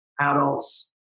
adults